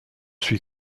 suis